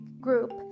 group